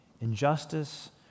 injustice